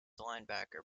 linebacker